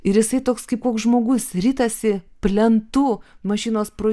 ir jisai toks kaip koks žmogus ritasi plentu mašinos pro